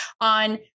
on